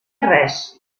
res